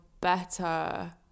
better